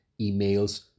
emails